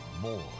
more